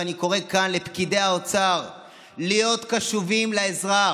ואני קורא כאן לפקידי האוצר להיות קשובים לאזרח,